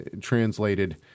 translated